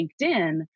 LinkedIn